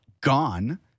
gone